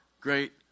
great